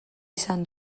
izan